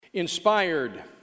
inspired